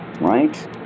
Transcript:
right